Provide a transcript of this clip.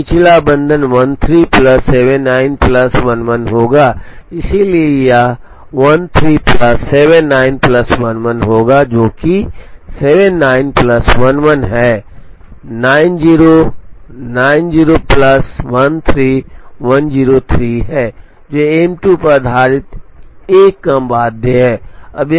तो निचला बंधन 13 प्लस 79 प्लस 11 होगा इसलिए यह 13 प्लस 79 प्लस 11 होगा जो कि 79 प्लस 11 है 90 90 प्लस 13 103 है जो एम 2 पर आधारित एक कम बाध्य है